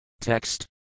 Text